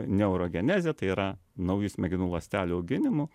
neurogeneze tai yra naujų smegenų ląstelių auginimu